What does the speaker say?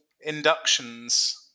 inductions